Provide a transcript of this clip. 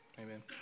Amen